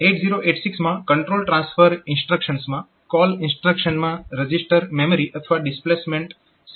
8086 માં control transfer ઇન્સ્ટ્રક્શન્સમાં call ઇન્સ્ટ્રક્શનમાં રજીસ્ટર મેમરી અથવા ડિસ્પ્લેસમેન્ટ16 હોઈ શકે છે